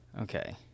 Okay